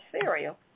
cereal